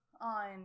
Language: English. on